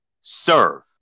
serve